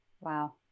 Wow